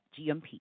GMP